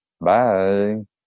bye